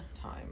time